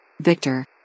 Victor